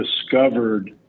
discovered